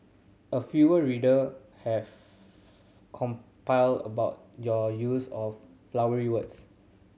a fewer reader have compile about your use of flowery words